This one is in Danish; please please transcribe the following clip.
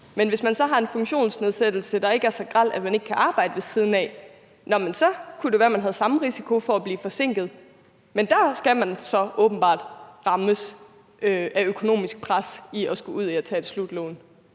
Hvis man så har en funktionsnedsættelse, der ikke er så grel, at man ikke kan arbejde ved siden af, kunne det være, at man havde samme risiko for at blive forsinket, men der skal man så åbenbart rammes af økonomisk pres i form af at skulle ud i at tage et slutlån.